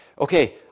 okay